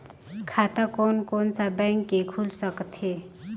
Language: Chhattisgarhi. खाता कोन कोन सा बैंक के खुल सकथे?